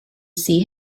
see